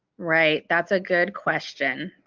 right that's a good question.